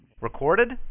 Recorded